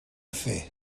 fer